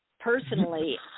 Personally